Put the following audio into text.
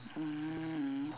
mm